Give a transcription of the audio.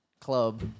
club